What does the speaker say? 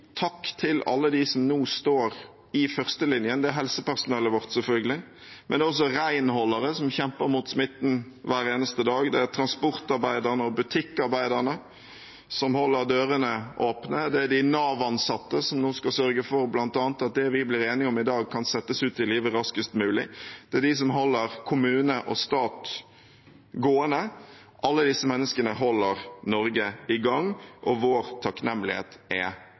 takk til alle dem som nå står i førstelinjen. Det er helsepersonellet vårt, selvfølgelig, men det er også renholdere som kjemper mot smitten hver eneste dag, det er transportarbeiderne og butikkarbeiderne som holder dørene åpne, det er de Nav-ansatte som nå skal sørge for bl.a. at det vi blir enige om i dag, kan settes ut i livet raskest mulig, det er de som holder kommune og stat gående. Alle disse menneskene holder Norge i gang, og vår takknemlighet er